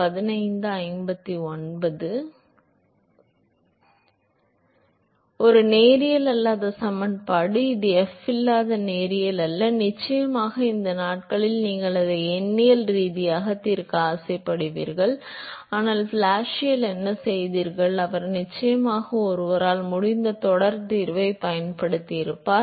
எனவே இது ஒரு நேரியல் அல்லாத சமன்பாடு இது எஃப் இல் நேரியல் அல்ல நிச்சயமாக இந்த நாட்களில் நீங்கள் அதை எண்ணியல் ரீதியாக தீர்க்க ஆசைப்படுவீர்கள் ஆனால் பிளாசியஸ் என்ன செய்தார் அவர் நிச்சயமாக ஒருவரால் முடிந்த தொடர் தீர்வைப் பயன்படுத்தினார்